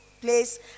place